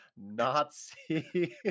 Nazi